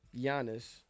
Giannis